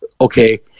Okay